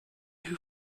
who